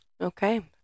Okay